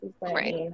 right